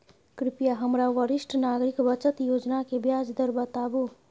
कृपया हमरा वरिष्ठ नागरिक बचत योजना के ब्याज दर बताबू